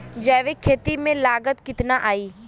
जैविक खेती में लागत कितना आई?